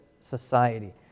society